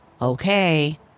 Okay